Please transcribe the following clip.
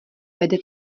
vede